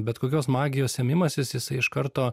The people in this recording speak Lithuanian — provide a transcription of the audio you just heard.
bet kokios magijos sėmimasis jisai iš karto